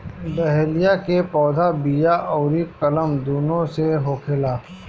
dahlia के पौधा बिया अउरी कलम दूनो से होखेला